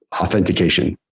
authentication